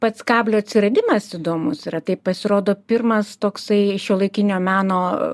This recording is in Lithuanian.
pats kablio atsiradimas įdomūs yra tai pasirodo pirmas toksai šiuolaikinio meno